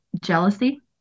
jealousy